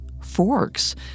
forks